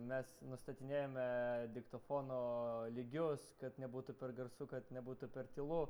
mes nustatinėjome diktofono lygius kad nebūtų per garsu kad nebūtų per tylu